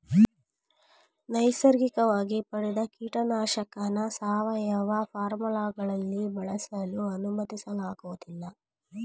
ನೈಸರ್ಗಿಕವಾಗಿ ಪಡೆದ ಕೀಟನಾಶಕನ ಸಾವಯವ ಫಾರ್ಮ್ಗಳಲ್ಲಿ ಬಳಸಲು ಅನುಮತಿಸಲಾಗೋದಿಲ್ಲ